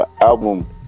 album